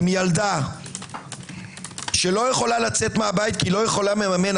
עם ילדה שלא יכולה לצאת מהבית כי כיסא